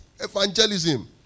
Evangelism